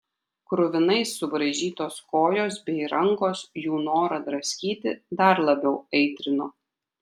kruvinai subraižytos kojos bei rankos jų norą draskyti dar labiau aitrino